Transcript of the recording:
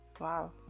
Wow